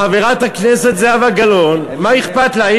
חברת הכנסת זהבה גלאון, מה אכפת לה?